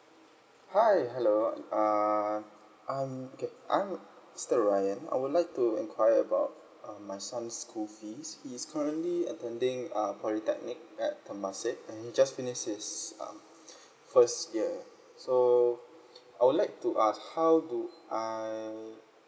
hi hello uh I'm okay I'm mister R Y A N I would like to enquire about uh my son's school fees he's currently attending um polytechnic at temasek he just finish his uh first year so I would like to ask how do I